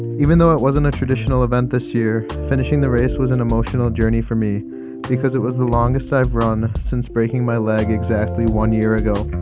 even though it wasn't a traditional event this year, finishing the race was an emotional journey for me because it was the longest i've run since breaking my leg exactly one year ago.